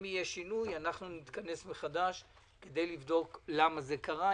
אם יהיה שינוי אנחנו נתכנס מחדש כדי לבדוק למה זה קרה,